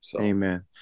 Amen